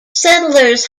settlers